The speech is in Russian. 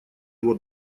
его